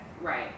right